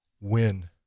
win